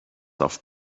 auf